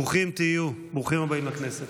ברוכים תהיו, ברוכים הבאים לכנסת.